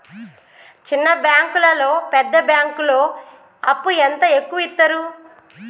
చిన్న బ్యాంకులలో పెద్ద బ్యాంకులో అప్పు ఎంత ఎక్కువ యిత్తరు?